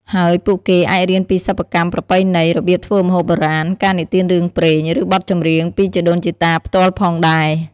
ហើយពួកគេអាចរៀនពីសិប្បកម្មប្រពៃណី របៀបធ្វើម្ហូបបុរាណ ការនិទានរឿងព្រេង ឬបទចម្រៀងពីជីដូនជីតាផ្ទាល់ផងដែរ។